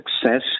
success